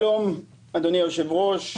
שלום, אדוני היושב-ראש,